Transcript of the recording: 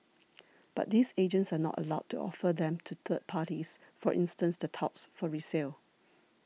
but these agents are not allowed to offer them to third parties for instance the touts for resale